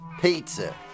pizza